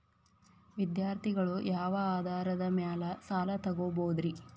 ವಿದ್ಯಾರ್ಥಿಗಳು ಯಾವ ಆಧಾರದ ಮ್ಯಾಲ ಸಾಲ ತಗೋಬೋದ್ರಿ?